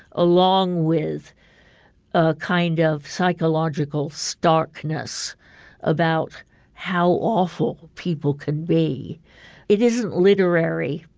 along with a kind of psychological starkness about how awful people could be it isn't literary.